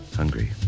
hungry